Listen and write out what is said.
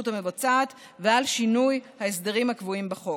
המבצעת ועל שינוי ההסדרים הקבועים בחוק.